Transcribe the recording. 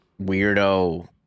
weirdo